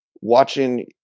watching